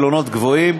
גבוהים,